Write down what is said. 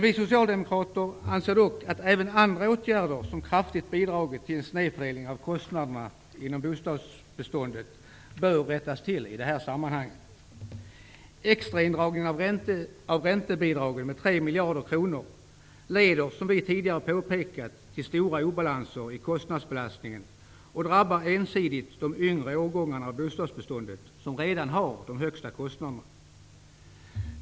Vi socialdemokrater anser dock att även andra åtgärder som kraftigt bidragit till en snedfördelning av kostnaderna inom bostadsbeståndet i det här sammanhanget bör rättas till. Extraindragningen av räntebidragen med 3 miljarder kronor leder, som vi tidigare har påpekat, till stora obalanser i kostnadsbelastningen. Den drabbar ensidigt de yngre årgångarna av bostadbeståndet som redan har de högsta kostnaderna.